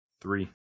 Three